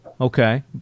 Okay